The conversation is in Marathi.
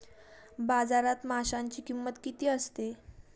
बाजारात माशांची किंमत किती असते?